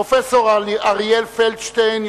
פרופסור אריאל פלדשטיין,